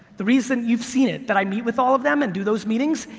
the reason you've seen it, that i meet with all of them and do those meetings,